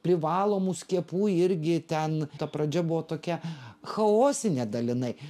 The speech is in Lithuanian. privalomų skiepų irgi ten ta pradžia buvo tokia chaosinė dalinai